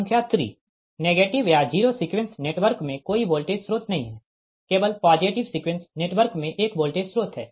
संख्या 3 नेगेटिव या zero sequence network में कोई वोल्टेज स्रोत नहीं है केवल पॉजिटिव सीक्वेंस नेटवर्क में एक वोल्टेज स्रोत है